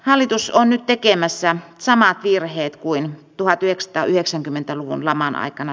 hallitus on nyt tekemässä samat virheet kuin tuhat eecstä yhdeksänkymmentä luvun laman aikana